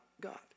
God